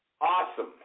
Awesome